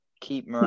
keep